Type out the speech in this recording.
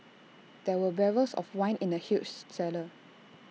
there were barrels of wine in the huge cellar